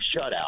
shutout